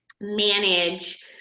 manage